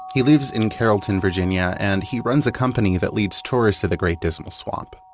he lives in carrollton, virginia, and he runs a company that leads tourists to the great dismal swamp,